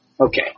Okay